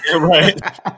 right